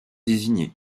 désigné